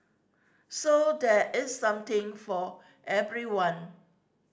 so there is something for everyone